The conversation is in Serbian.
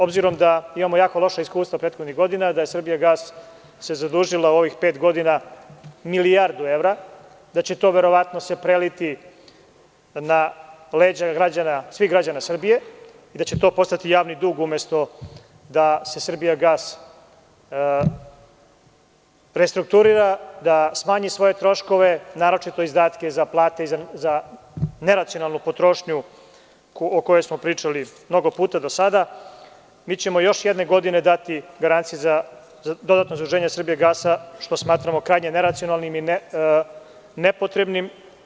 Obzirom da imamo jako loša iskustva prethodnih godina, da se „Srbijagas“ zadužila u ovih pet godina milijardu evra, da će se to verovatno preliti na leđa svih građana Srbije i da će to postati javni dug umesto da se „Srbijagas“ prestrukturira, da smanji svoje troškove, naročito izdatke za plate i za neracionalnu potrošnju o kojoj smo pričali mnogo puta do sada, mi ćemo još jedne godine dati dodatno zaduženje „Srbijagasa“, što smatramo krajnje neracionalnim i nepotrebnim.